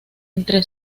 entre